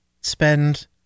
spend